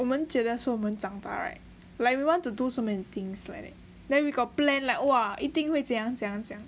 我们讲我们长大 right like we want to do so many things leh then we got plan like !wah! 一定会怎样怎样怎样